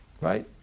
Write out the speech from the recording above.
right